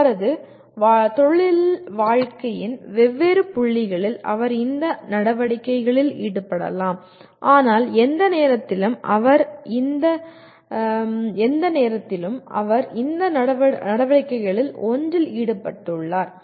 அவரது தொழில் வாழ்க்கையின் வெவ்வேறு புள்ளிகளில் அவர் இந்த நடவடிக்கைகளில் ஈடுபடலாம் ஆனால் எந்த நேரத்திலும் அவர் இந்த நடவடிக்கைகளில் ஒன்றில் ஈடுபட்டுள்ளார்